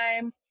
time